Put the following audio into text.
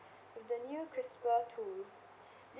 with the new CRISPR tool